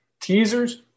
Teasers